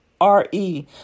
R-E